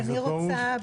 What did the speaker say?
אני רוצה,